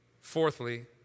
Fourthly